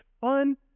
fun